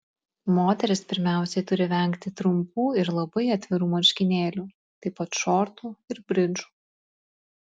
moterys pirmiausiai turi vengti trumpų ir labai atvirų marškinėlių taip pat šortų ir bridžų